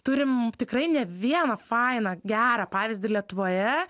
turim tikrai ne vieną fainą gerą pavyzdį lietuvoje